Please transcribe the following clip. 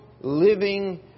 living